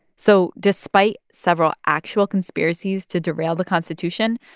so despite several actual conspiracies to derail the constitution,